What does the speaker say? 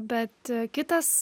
bet kitas